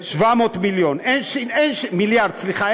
700 מיליון, מיליארד, סליחה.